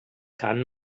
kann